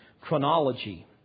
chronology